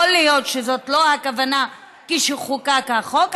יכול להיות שזאת לא הייתה הכוונה כשחוקק החוק,